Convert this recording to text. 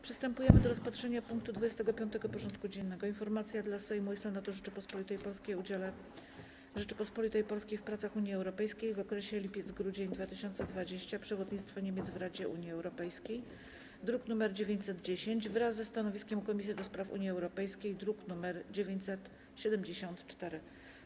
Przystępujemy do rozpatrzenia punktu 25. porządku dziennego: Informacja dla Sejmu i Senatu Rzeczypospolitej Polskiej o udziale Rzeczypospolitej Polskiej w pracach Unii Europejskiej w okresie lipiec-grudzień 2020 r. (przewodnictwo Niemiec w Radzie Unii Europejskiej) (druk nr 910) wraz z komisyjnym projektem uchwały (druk nr 974)